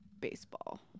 baseball